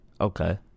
Okay